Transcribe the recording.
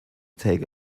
take